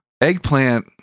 Eggplant